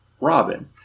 Robin